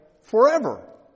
forever